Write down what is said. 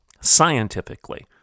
scientifically